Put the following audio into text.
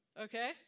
Okay